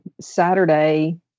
Saturday